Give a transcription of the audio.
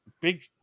big